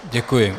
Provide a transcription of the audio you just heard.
Děkuji.